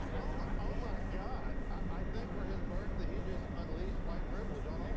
oh my oh my god! i think for his birthday, he just unleashed white privilege on like